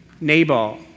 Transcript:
Nabal